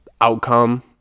outcome